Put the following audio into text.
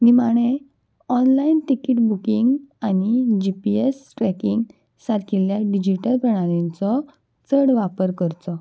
निमाणें online ticket booking आनी G P S tracking सारकिल्ल्या डिजीटल प्रणालीचो चड वापर करचो